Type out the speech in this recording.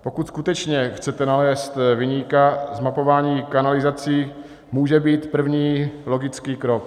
Pokud skutečně chcete nalézt viníka, zmapování kanalizací může být první logický krok.